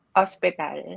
hospital